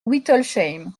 wittelsheim